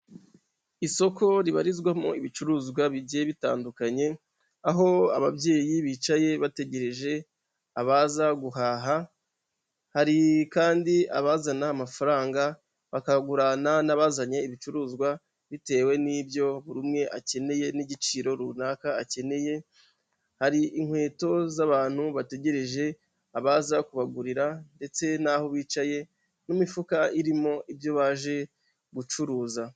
Isoko ribarizwamo ibicuruzwa bigiye bitandukanye, aho ababyeyi bicaye bategereje, abaza guhaha. Hari kandi abazana amafaranga bakagurana n'abazanye ibicuruzwa, bitewe n'ibyo buri umwe akeneye n'igiciro runaka akeneye, hari inkweto z'abantu bategereje, abaza kubagurira, ndetse n'aho bicaye n'imifuka irimo ibyo baje gucuruza.